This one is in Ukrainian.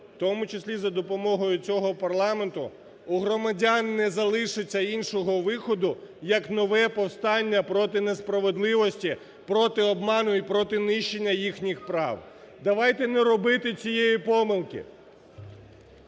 тому числі за допомогою цього парламенту, у громадян не залишиться іншого виходу як нове повстання проти несправедливості, проти обману і проти нищення їхніх прав. Давайте не робити цієї помилки.